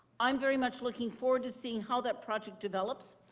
i'm very much looking forward to seeing how that project develops.